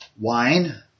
wine